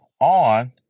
on